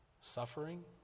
Suffering